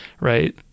right